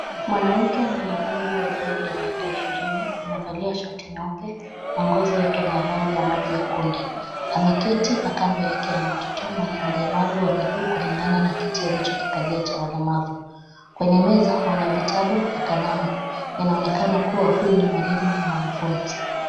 Mwanamke mwenye umri wa zaidi ya miaka ishirini amevalia shati nyeupe na ngozi yake ni ya rangi ya maji ya kunde. Ameketi na kando yake ana mtoto mwenye ulemavu wa miguu kulingana na kiti alichokikalia cha walemavu. Kwenye meza, wana vitabu na kalamu. Inaonekana kuwa huyu ni mwalimu na mwanafunzi.